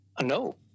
no